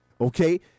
Okay